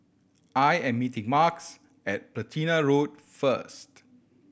I am meeting Marques at Platina Road first